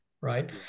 right